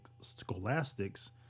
Scholastics